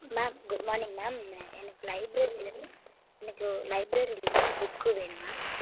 ma'am good morning ma'am எனக்கு லைப்ரரிலந்து எனக்கு லைப்ரரிலந்து புக்கு வேணும் மேம்